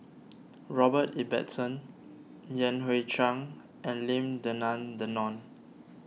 Robert Ibbetson Yan Hui Chang and Lim Denan Denon